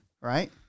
Right